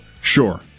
sure